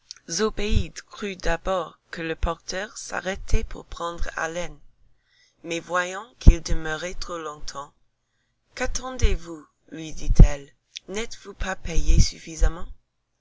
crut d'abord que le porteur s'arrêtait pour prendre haleine mais voyant qu'il demeurait trop longtemps qu'attendezvous lui dit-elle n'êtes-vous pas payé suffisamment